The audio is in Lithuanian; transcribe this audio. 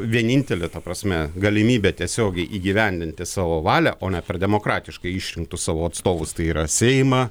vienintelę ta prasme galimybę tiesiogiai įgyvendinti savo valią o ne per demokratiškai išrinktus savo atstovus tai yra seimą